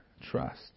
trust